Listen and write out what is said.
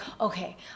okay